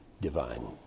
divine